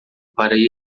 para